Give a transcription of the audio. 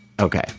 Okay